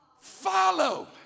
follow